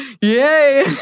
yay